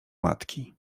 matki